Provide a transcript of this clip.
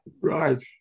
Right